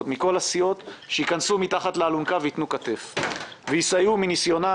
ומכל הסיעות שייכנסו מתחת לאלונקה וייתנו כתף ויסייעו מניסיונם